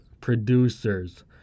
producers